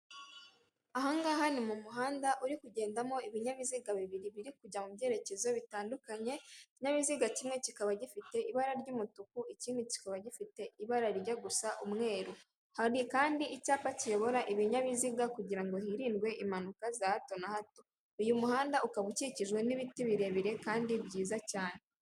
Aha ngaha ni mu muhanda uri kugendamo ibinyabiziga bibiri biri kujya mu byerekezo bitandukanye, ikinyabiziga kimwe kikaba gifite ibara ry'umutuku ikindi kikaba gifite ibara rijya gusa umweru, hari kandi icyapa kiyobora ibinyabiziga kugirango hirindwe impanuka za hato na hato, uyu muhanda ukaba ukikijwe n'ibiti birebire kandi byiza cyane.